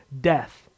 death